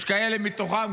יש כאלה מתוכם,